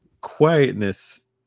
quietness